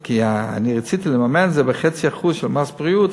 כי אני רציתי לממן את זה בהעלאה של 0.5% של מס בריאות.